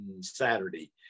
Saturday